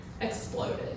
exploded